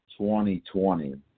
2020